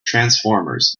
transformers